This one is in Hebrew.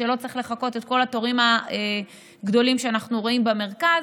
שלא צריך לחכות בכל התורים הגדולים שאנחנו רואים במרכז.